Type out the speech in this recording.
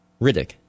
Riddick